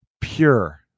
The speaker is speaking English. pure